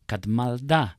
kad malda